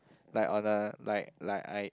like on a like like I